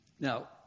Now